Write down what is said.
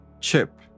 Chip